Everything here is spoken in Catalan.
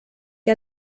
que